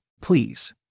Please